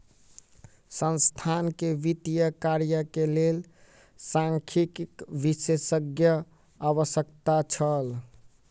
संस्थान के वित्तीय कार्य के लेल सांख्यिकी विशेषज्ञक आवश्यकता छल